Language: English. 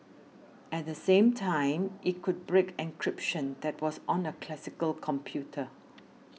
at the same time it could break encryption that was on a classical computer